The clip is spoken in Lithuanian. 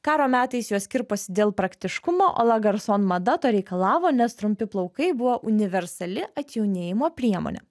karo metais jos kirposi dėl praktiškumo o lagarson mada to reikalavo nes trumpi plaukai buvo universali atjaunėjimo priemonė